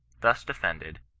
thus defended,